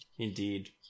Indeed